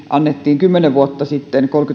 annettiin kymmenen vuotta sitten